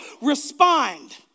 Respond